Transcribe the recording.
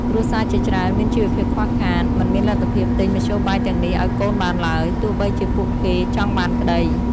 គ្រួសារជាច្រើនមានជីវភាពខ្វះខាត មិនមានលទ្ធភាពទិញមធ្យោបាយទាំងនេះឲ្យកូនបានឡើយ ទោះបីជាពួកគេចង់បានក្តី។